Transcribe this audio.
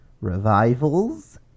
revivals